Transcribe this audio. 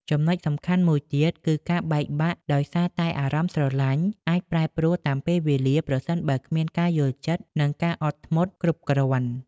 ចំណុចសំខាន់មួយទៀត គឺការបែកបាក់ដោយសារតែអារម្មណ៍ស្រលាញ់អាចប្រែប្រួលតាមពេលវេលាប្រសិនបើគ្មានការយល់ចិត្ត និងការអត់ធ្មត់គ្រប់គ្រាន់។